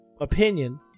opinion